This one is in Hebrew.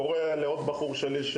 קראתי לעוד בחור שלי,